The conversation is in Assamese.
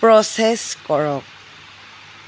প্ৰ'চেছ কৰক